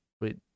Wait